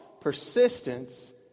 persistence